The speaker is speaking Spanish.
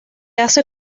hace